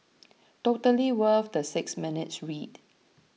totally worth the six minutes read